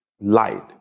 light